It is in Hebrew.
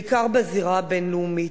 בעיקר בזירה הבין-לאומית,